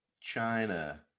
China